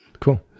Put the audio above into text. Cool